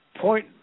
point